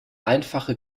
einfache